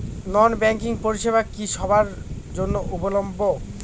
নন banking পরিষেবা কি সবার জন্য উপলব্ধ?